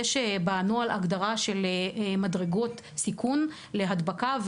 יש בנוהל הגדרה של מדרגות סיכון להדבקה,